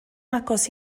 agos